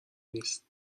نیستش